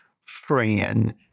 friend